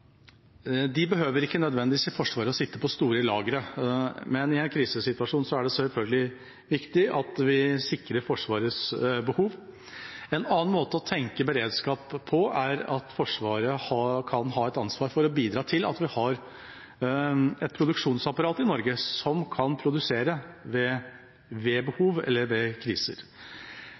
De behøver ikke nødvendigvis å sitte på store lagre i Forsvaret, men i en krisesituasjon er det selvfølgelig viktig at vi sikrer Forsvarets behov. En annen måte å tenke beredskap på er at Forsvaret kan ha ansvar for å bidra til at vi har et produksjonsapparat i Norge som kan produsere ved behov eller ved kriser.